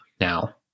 Now